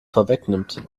vorwegnimmt